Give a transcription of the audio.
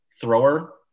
Thrower